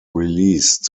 released